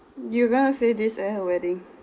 you going to say this at her wedding